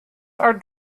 are